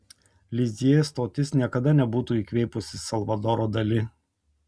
lizjė stotis niekada nebūtų įkvėpusi salvadoro dali